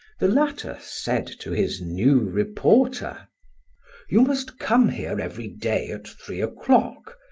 the latter said to his new reporter you must come here every day at three o'clock,